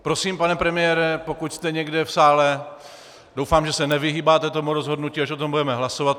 Prosím, pane premiére, pokud jste někde v sále, doufám, že se nevyhýbáte tomu rozhodnutí, až o tom budeme hlasovat.